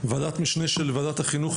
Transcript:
ועדת משנה של ועדת החינוך,